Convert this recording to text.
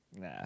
Nah